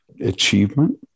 achievement